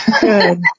Good